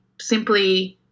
simply